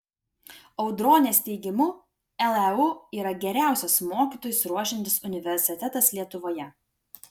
audronės teigimu leu yra geriausias mokytojus ruošiantis universitetas lietuvoje